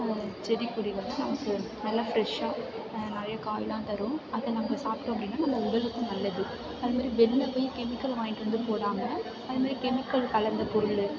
அதை அந்த செடி கொடிகளெல்லாம் நமக்கு நல்லா ஃப்ரெஷ்ஷாக நிறையா காயெல்லாம் தரும் அதை நம்ம சாப்பிட்டோம் அப்படின்னா நம்ம உடலுக்கும் நல்லது அது மாதிரி வெளியில் போய் கெமிக்கல் வாங்கிட்டு வந்து போடாமல் அது மாதிரி கெமிக்கல் கலந்த பொருள்